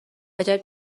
عجب